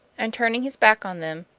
and, turning his back on them,